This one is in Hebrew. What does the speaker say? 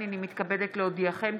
הינני מתכבדת להודיעכם,